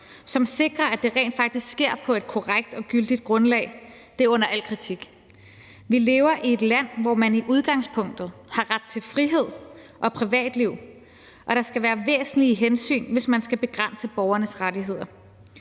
som sikrer, at det rent faktisk sker på et korrekt og gyldigt grundlag, er under al kritik. Vi lever i et land, hvor man i udgangspunktet har ret til frihed og privatliv, og der skal være væsentlige hensyn, hvis man skal begrænse borgernes rettigheder.